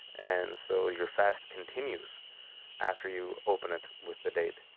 and so your fast continues after you open it with the date